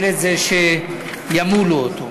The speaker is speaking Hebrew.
היא שימולו אותו.